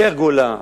פרגולה,